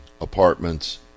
apartments